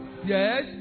Yes